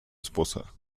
esposa